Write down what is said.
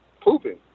pooping